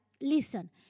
listen